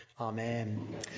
Amen